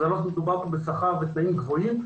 לא מדובר פה בשכר בתנאים גבוהים,